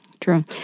true